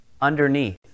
underneath